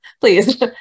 Please